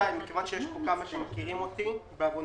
בעבר